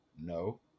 No